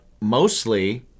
mostly